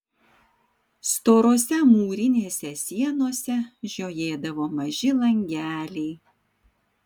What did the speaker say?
storose mūrinėse sienose žiojėdavo maži langeliai